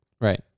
Right